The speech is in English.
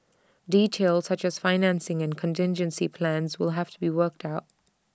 details such as financing and contingency plans will have to be worked out